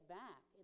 back